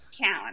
count